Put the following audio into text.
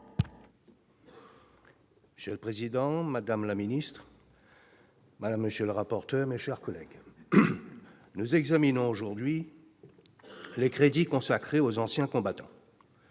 Monsieur le président, madame la secrétaire d'État, monsieur le rapporteur spécial, mes chers collègues, nous examinons aujourd'hui les crédits consacrés aux anciens combattants.